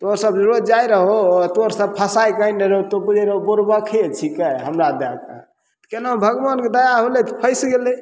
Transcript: तो सब रोज जाइ रहो तों सब फसायके आनय रहो तों बुझय रहो बुरबके छिकै हमरा दए तऽ केना भगवानके दया होलय तऽ फसि गेलय